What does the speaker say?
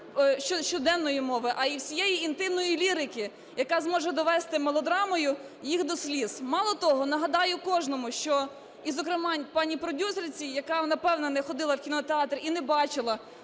щоденної мови, а і всієї інтимної лірики, яка зможе довести мелодрамою їх до сліз. Мало того, нагадаю кожному і, зокрема, пані просюсерці, яка, напевно, не ходила в кінотеатр і не бачила